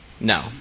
No